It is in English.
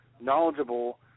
knowledgeable